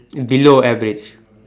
below average